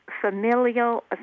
familial